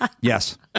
Yes